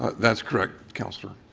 that is correct, councillor.